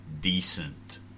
decent